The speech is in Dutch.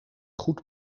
goed